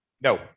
No